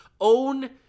own